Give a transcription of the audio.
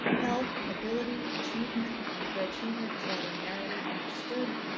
health, ability, achievement where achievement is rather narrowly understood.